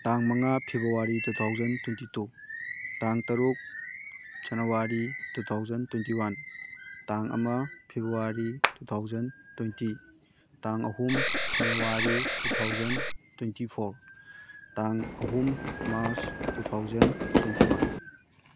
ꯇꯥꯡ ꯃꯉꯥ February two thousand twenty two ꯇꯥꯡ ꯇꯔꯨꯛ January two thousand twenty one ꯇꯥꯡ ꯑꯃ ꯐꯦꯕꯋꯥꯔꯤ ꯇꯨ ꯊꯥꯎꯖꯟ ꯇ꯭ꯋꯦꯟꯇꯤ ꯇꯥꯡ ꯑꯍꯨꯝ January two thousand twenty four ꯇꯥꯡ ꯑꯍꯨꯝ March two thousand twenty one